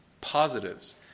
positives